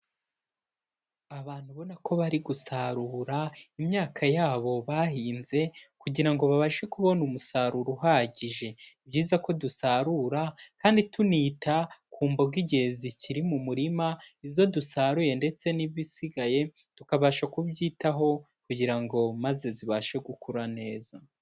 Abantu ubona ko bari gusarura, imyaka yabo bahinze kugira ngo babashe kubona umusaruro uhagije, ni byiza ko dusarura kandi tunita ku mboga igihe zikiri mu murima, izo dusaruye ndetse n'ibisigaye tukabasha kubyitaho kugira ngo maze zibashe gukura neza.